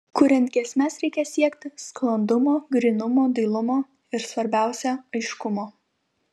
kuriant giesmes reikia siekti sklandumo grynumo dailumo ir svarbiausia aiškumo